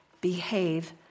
behave